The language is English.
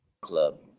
club